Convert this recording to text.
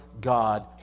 God